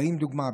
לדוגמה,